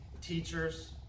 teachers